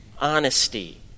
honesty